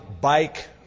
bike